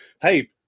Hey